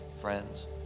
friends